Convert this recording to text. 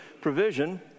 provision